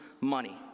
money